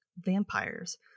vampires